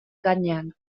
gainean